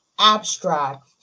abstract